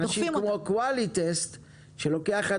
-- שם יש לך אנשים כמו קווליטסט,